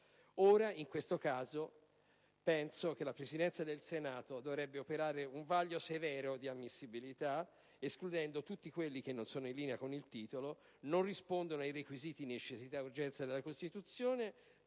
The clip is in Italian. In questo caso, penso che la Presidenza del Senato dovrebbe operare un severo vaglio di ammissibilità, escludendo tutte quelle parti che non sono in linea con il titolo, non rispondono ai requisiti di necessità e urgenza previsti dalla Costituzione,